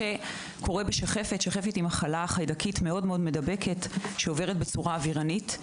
שחפת היא מחלה חיידקית מדבקת שעוברת בצורה אווירנית,